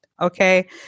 okay